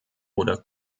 oder